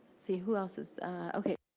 see. who else is ok.